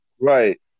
right